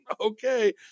Okay